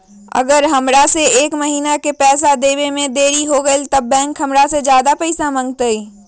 अगर हमरा से एक महीना के पैसा देवे में देरी होगलइ तब बैंक हमरा से ज्यादा पैसा मंगतइ?